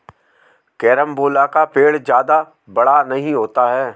carambola का पेड़ जादा बड़ा नहीं होता